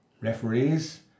referees